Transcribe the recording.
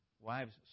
wives